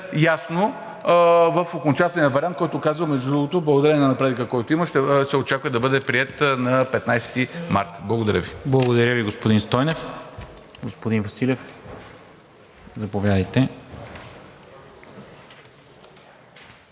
ясно в окончателния вариант, който казва, между другото, благодарение на напредъка, който има, ще се очаква да бъде приет на 15 март. Благодаря Ви. ПРЕДСЕДАТЕЛ НИКОЛА МИНЧЕВ: Благодаря Ви, господин Стойнев. Господин Василев, заповядайте.